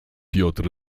piotr